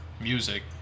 music